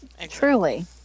Truly